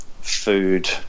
food